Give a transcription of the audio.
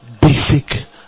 basic